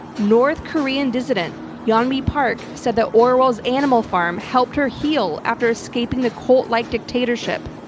north korean dissident yeon mi park said the orwell's animal farm helped her heal after escaping the cult like dictatorship.